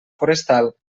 forestal